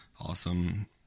Awesome